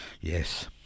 yes